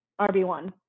RB1